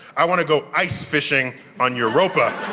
i want to go ice fishing on europa.